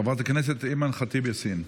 חברת הכנסת אימאן ח'טיב יאסין.